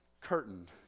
curtain